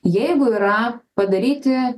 jeigu yra padaryti